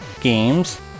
games